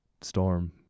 storm